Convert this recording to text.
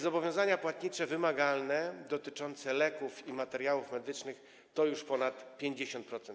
Zobowiązania płatnicze wymagalne dotyczące leków i materiałów medycznych to już ponad 50%.